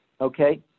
okay